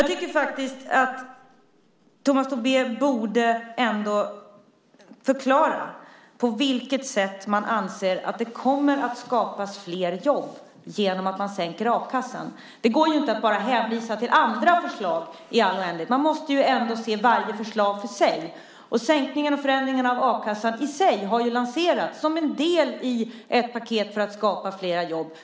Jag tycker faktiskt att Tomas Tobé borde förklara på vilket sätt man anser att det kommer att skapas flera jobb genom att man sänker a-kassan. Det går inte att bara hänvisa till andra förslag i all oändlighet. Man måste se varje förslag för sig. Sänkningen och förändringen av a-kassan i sig har ju lanserats som en del i ett paket för att skapa flera jobb.